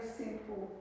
simple